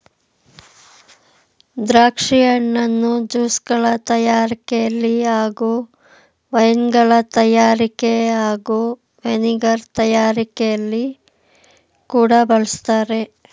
ದ್ರಾಕ್ಷಿ ಹಣ್ಣನ್ನು ಜ್ಯೂಸ್ಗಳ ತಯಾರಿಕೆಲಿ ಹಾಗೂ ವೈನ್ಗಳ ತಯಾರಿಕೆ ಹಾಗೂ ವಿನೆಗರ್ ತಯಾರಿಕೆಲಿ ಕೂಡ ಬಳಸ್ತಾರೆ